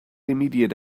immediate